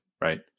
right